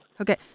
Okay